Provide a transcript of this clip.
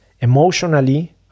Emotionally